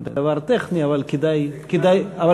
זה דבר טכני, אבל כדאי, קיבלנו, קיבלנו.